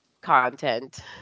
content